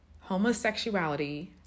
homosexuality